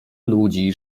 ludzi